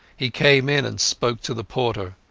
he came in and spoke to the porter.